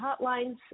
hotlines